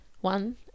one